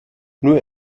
nur